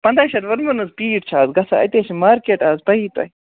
پنداہیہِ شیٚتھ وونمو نہ حظ پیٖٹ چھِ آز گَژھان أتے چھِ مارکٮ۪ٹ آز پَیی تۄہہِ